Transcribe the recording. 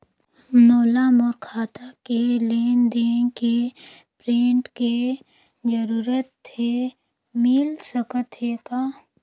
मोला मोर खाता के लेन देन के प्रिंट के जरूरत हे मिल सकत हे का?